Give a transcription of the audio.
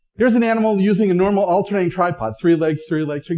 here's an animal using a normal, alternating tripod three legs, three legs, three